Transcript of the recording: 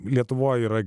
lietuvoje yra